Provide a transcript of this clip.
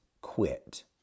quit